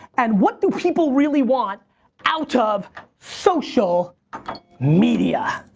and what do people really want out of social media?